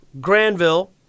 Granville